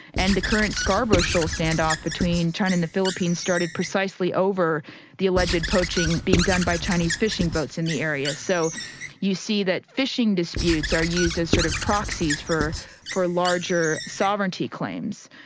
and the current scarborough shoal standoff between china and the philippines started precisely over the alleged poaching being done by chinese fishing boats in the area. so you see that fishing disputes are used as sort of proxies for for larger sovereignty claims.